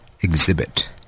exhibit